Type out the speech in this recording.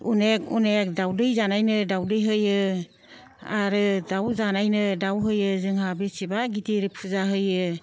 अनेक अनेक दाउदै जानायनो दाउदै होयो आरो दाउ जानायनो दाउ होयो जोंहा बेसेबा गिदिर फुजा होयो